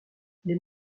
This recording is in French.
les